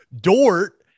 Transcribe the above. Dort